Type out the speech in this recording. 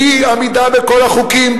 מעמידה בכל החוקים,